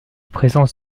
présence